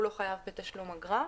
לא חייב בתשלום האגרה.